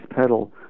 pedal